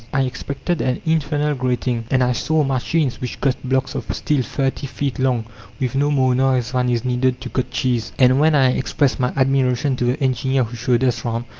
i expected an infernal grating, and i saw machines which cut blocks of steel thirty feet long with no more noise than is needed to cut cheese. and when i expressed my admiration to the engineer who showed us round,